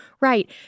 right